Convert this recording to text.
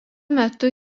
metu